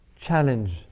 challenge